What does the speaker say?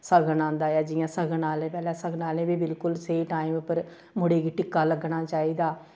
सगन आंदा ऐ जि'यां सगन आह्ले पैह्लै लगन आह्ले बी बिल्कुल स्हेई टाइम उप्पर मुड़े गी टिक्का लग्गना चाहिदा